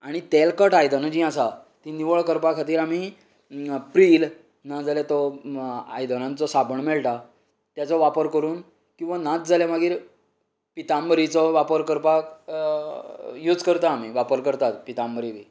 आनी तेलकट आयदनां जीं आसा तीं निवळ करपा खातीर आमी प्रिल नाजाल्यार तो आयदनांचो साबण मेळटा तेजो वापर करून किंवां नाच्च जाल्यार मागीर पितांबरीचो वापर करपाक यूज करता आमी वापर करतात पितांबरी बी